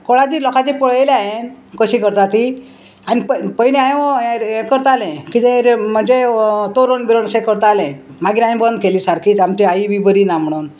कोणाची लोकांची पळयलें हांयेन कशी करता ती आनी पय पयलीं हांये हें करतालें किदें म्हणजे तोरण बिरोण अशें करतालें मागीर हांयेन बंद केली सारकींच आमची आई बी बरी ना म्हणून